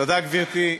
תודה, גברתי.